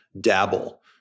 dabble